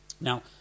Now